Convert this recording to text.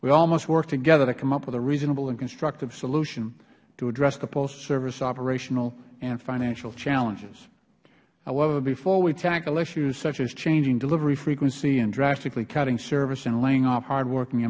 we all must work together to come up with a reasonable and constructive solution to address the postal service operational and financial challenges however before we tackle issues such as changing delivery frequency and drastically cutting service and laying off hardworking